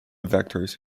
vectors